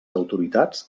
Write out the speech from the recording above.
autoritats